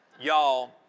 Y'all